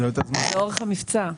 לאורך המבצע.